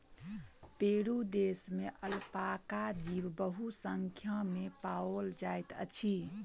Peru देश में alpaca जीव बहुसंख्या में पाओल जाइत अछि